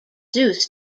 zeus